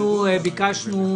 אנחנו ביקשנו